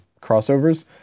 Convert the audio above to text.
crossovers